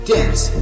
Dance